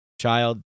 child